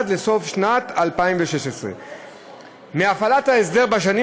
עד סוף שנת 2016. מהפעלת ההסדר בשנים